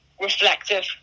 reflective